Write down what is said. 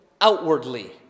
outwardly